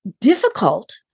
difficult